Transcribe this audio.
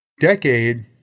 decade